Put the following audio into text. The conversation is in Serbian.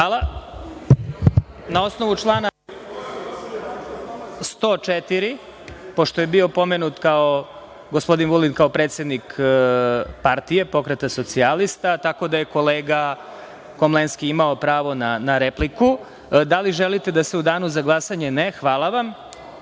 Hvala. Na osnovu člana 104, pošto je bio pomenut gospodin Vulin kao predsednik partije – Pokreta socijalista, tako da je kolega Komlenski imao pravo na repliku. Da li želite da se u Danu za glasanje Skupština